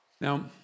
Now